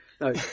No